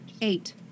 Eight